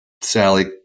Sally